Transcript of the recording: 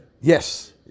Yes